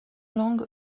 langues